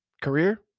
Career